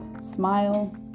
smile